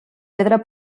pedra